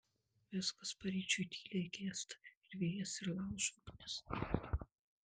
viskas paryčiui tyliai gęsta ir vėjas ir laužo ugnis